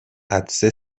عطسه